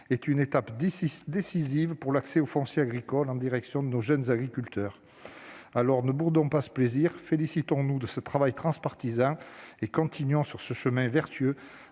est une étape décisive pour l'accès au foncier agricole, en direction de nos jeunes agriculteurs. Ne boudons pas ce plaisir et félicitons-nous de ce travail transpartisan ! Continuons sur ce chemin vertueux